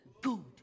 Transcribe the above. good